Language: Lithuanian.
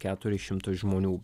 keturis šimtus žmonių